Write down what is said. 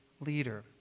leader